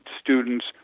students